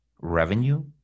revenue